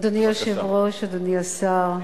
אדוני היושב-ראש, אדוני השר,